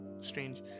strange